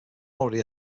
already